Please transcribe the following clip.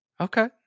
Okay